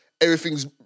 everything's